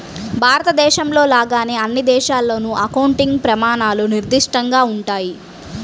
భారతదేశంలో లాగానే అన్ని దేశాల్లోనూ అకౌంటింగ్ ప్రమాణాలు నిర్దిష్టంగా ఉంటాయి